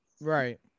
right